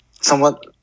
Somewhat